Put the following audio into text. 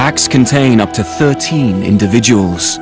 packs contain up to thirteen individuals